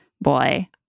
boy